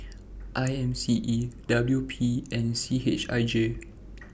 I M C E W P and C H I J